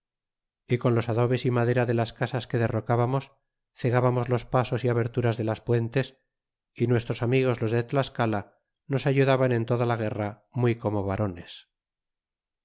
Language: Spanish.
y con los adobes y madera de las casas que derrocábamos cegábamos los pasos y aberturas de las puentes y nuestros amigos os de tlascala nos ayudaban en toda la guerra muy como varones